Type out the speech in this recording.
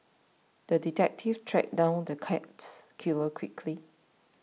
the detective tracked down the cats killer quickly